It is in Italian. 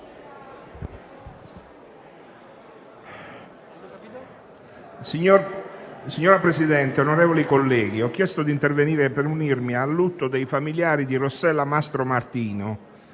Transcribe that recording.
Signor Presidente, onorevoli colleghi, ho chiesto di intervenire per unirmi al lutto dei familiari di Rossella Mastromartino